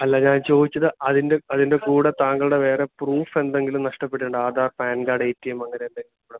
അല്ല ഞാൻ ചോദിച്ചത് അതിൻ്റെ അതിൻ്റെ കൂടെ താങ്കളുടെ വേറെ പ്രൂഫ് എന്തെങ്കിലും നഷ്ടപ്പെട്ടിട്ടുണ്ടോ ആധാർ പാൻ കാഡ് ഏറ്റിയെം അങ്ങനെ എന്തെങ്കിലും പോയിട്ടുണ്ടോ